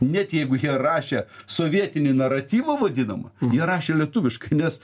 net jeigu jie rašė sovietinį naratyvą vadinamą jie rašė lietuviškai nes